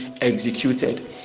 executed